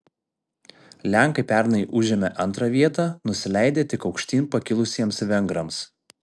lenkai pernai užėmė antrą vietą nusileidę tik aukštyn pakilusiems vengrams